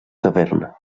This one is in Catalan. caverna